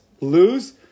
lose